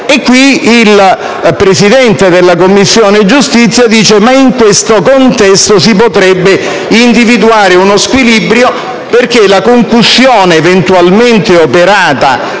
Il Presidente della Commissione giustizia sostiene che in questo contesto si potrebbe individuare uno squilibrio, perché la concussione eventualmente operata